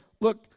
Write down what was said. look